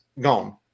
gone